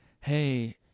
hey –